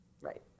right